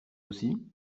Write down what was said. aussi